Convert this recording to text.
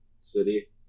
City